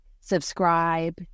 subscribe